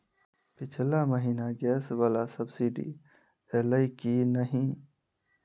पिछला महीना गैस वला सब्सिडी ऐलई की नहि?